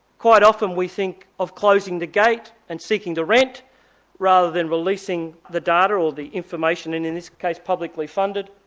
quite often we think of closing the gate and seeking the rent rather than releasing the data, or the information, and in this case publicly funded,